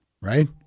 Right